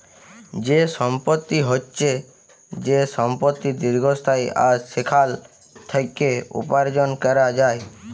যে সম্পত্তি হচ্যে যে সম্পত্তি দীর্ঘস্থায়ী আর সেখাল থেক্যে উপার্জন ক্যরা যায়